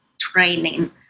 training